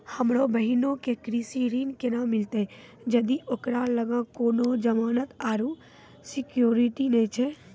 हमरो बहिनो के कृषि ऋण केना मिलतै जदि ओकरा लगां कोनो जमानत आरु सिक्योरिटी नै छै?